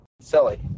Silly